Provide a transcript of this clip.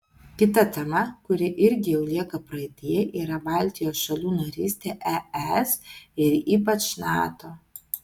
kita tema kuri irgi jau lieka praeityje yra baltijos šalių narystė es ir ypač nato